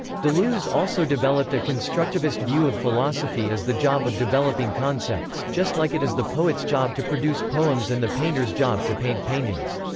deleuze also developed a constructivist view of philosophy as the job of developing concepts, just like it is the poet's job to produce poems and the painter's job to paint paintings.